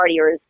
partiers